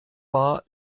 war